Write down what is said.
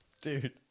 Dude